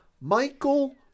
Michael